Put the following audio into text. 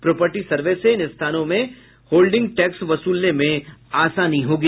property survey से इन स्थानों में होल्डिंग टैक्स वसूलने में आसानी होगी